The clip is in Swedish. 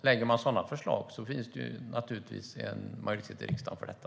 Lägger man fram sådana förslag tror jag att det finns en majoritet i riksdagen för detta.